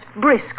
brisk